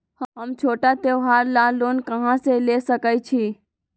हम छोटा त्योहार ला लोन कहां से ले सकई छी?